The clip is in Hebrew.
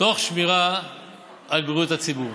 תוך שמירה על בריאות הציבור.